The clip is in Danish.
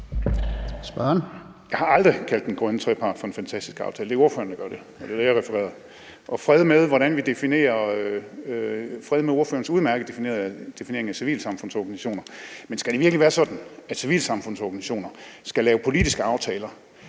Jeg har aldrig kaldt den grønne trepart for en fantastisk aftale. Det er ordføreren, der gør det, og det var det, jeg refererede til. Og fred være med ordførerens udmærkede definition af civilsamfundsorganisationer, men skal det virkelig være sådan, at civilsamfundsorganisationer skal lave politiske aftaler,